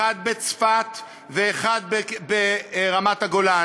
אחד בצפת ואחד ברמת-הגולן,